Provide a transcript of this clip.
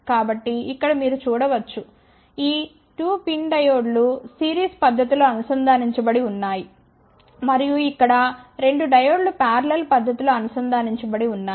కాబట్టి ఇక్కడ మీరు చూడ వచ్చు ఈ 2 PIN డయోడ్ లు సిరీస్ పద్ధతి లో అనుసంధానించబడి ఉన్నాయి మరియు ఇక్కడ 2 డయోడ్ లు పారలెల్ పద్ధతి లో అనుసంధానించబడి ఉన్నాయి